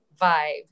vibe